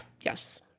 yes